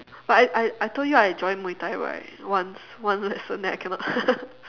but I I I told you I joined muay-thai right once one lesson then I cannot